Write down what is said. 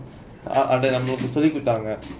ah அதே அப்படி சொல்லி குடுதாங்கே:athae appadi solli kuduthangga